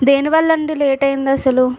దేనివల్ల అండి లేట్ అయింది అసలు